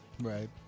Right